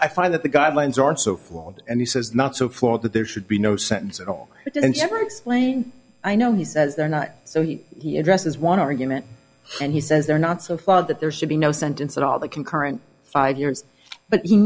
i find that the guidelines are so flawed and he says not so flawed that there should be no sense at all to ensure explain i know he says they're not so he he addresses one argument and he says they're not so far that there should be no sentence at all the concurrent five years but he